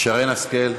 שרן השכל,